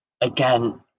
again